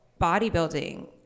bodybuilding